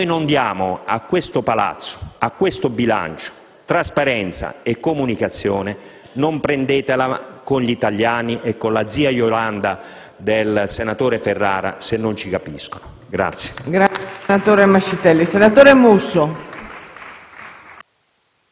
Se non diamo a questo Palazzo e a questo bilancio trasparenza e comunicazione, non prendetevela con gli italiani e con la zia Iolanda del senatore Ferrara se non ci capiscono.